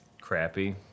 crappy